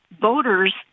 voters